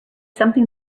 something